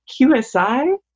qsi